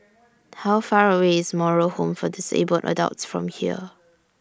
How Far away IS Moral Home For Disabled Adults from here